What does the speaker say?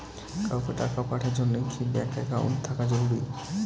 কাউকে টাকা পাঠের জন্যে কি ব্যাংক একাউন্ট থাকা জরুরি?